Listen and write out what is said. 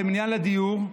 מינהל הדיור.